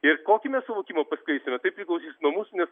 ir kokį mes suvokimą paskleisime tai priklausys nuo mūsų nes